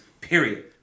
period